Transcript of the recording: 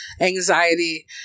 anxiety